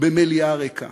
במליאה ריקה.